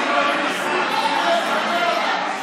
בבקשה להוציא אותה החוצה.